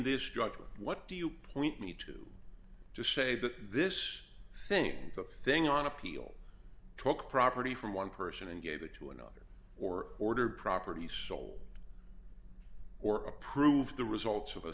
this drug what do you point me to to say that this thing that thing on appeal took property from one person and gave it to another or ordered property sold or approved the results of a